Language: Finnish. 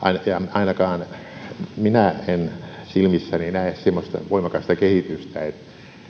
ainakaan minä en silmissäni näe semmoista voimakasta kehitystä että